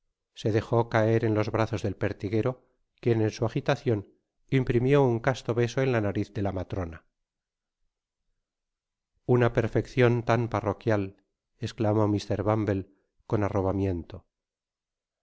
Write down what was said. se dejó caer en los brazos del pertiguero quien en su agitacion imprimé un casto beso en la nafiz de la matrona una perfeccion tan parroquial esclamó mr bumble con arrobamiento